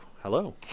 hello